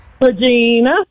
Regina